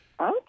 Okay